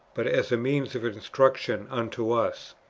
but as a means of instruction unto us,